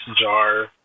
jar